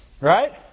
right